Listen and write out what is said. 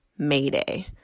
Mayday